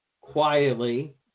quietly